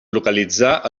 localitzar